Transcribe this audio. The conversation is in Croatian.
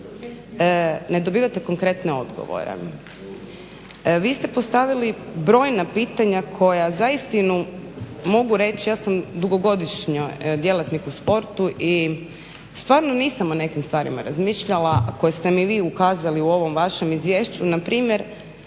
ne dobivate konkretne odgovore. Vi ste postavili brojna pitanja koja za istinu mogu reći ja sam dugogodišnji djelatnik u sportu i stvarno nisam o nekim stvarima razmišljala koje ste mi vi ukazali u ovom vašem izvješću. Na primjer